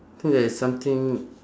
think there is something